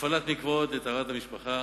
בהפעלת מקוואות לטהרת המשפחה,